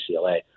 UCLA